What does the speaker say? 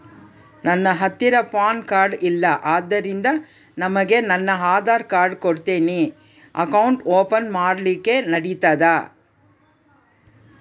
ನನ್ನ ಹತ್ತಿರ PAN card ಇಲ್ಲ ಆದ್ದರಿಂದ ನಿಮಗೆ ನನ್ನ ಆಧಾರ್ ಕಾರ್ಡ್ ಕೊಡ್ತೇನಿ ಅಕೌಂಟ್ ಓಪನ್ ಮಾಡ್ಲಿಕ್ಕೆ ನಡಿತದಾ?